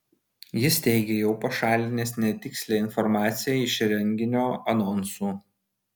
jis teigė jau pašalinęs netikslią informaciją iš renginio anonsų